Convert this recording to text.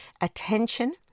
attention